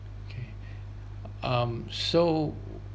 okay um so